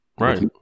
Right